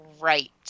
right